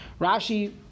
Rashi